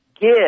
give